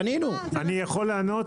אני יכול לענות?